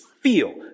feel